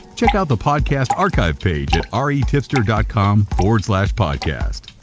check out the podcast archive page at um retipster com podcast.